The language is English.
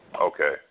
Okay